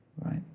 right